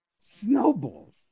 snowballs